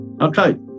Okay